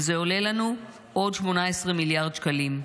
וזה עולה לנו עוד 18 מיליארד שקלים,